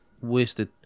wasted